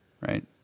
right